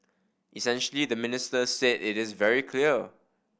essentially the minister said it is very clear